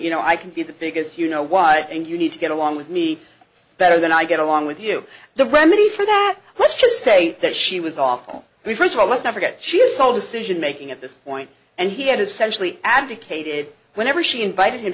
you know i can be the biggest you know why and you need to get along with me better than i get along with you the remedy for that let's just say that she was awful we first of all let's not forget she has sole decision making at this point and he had essentially abdicated whenever she invited him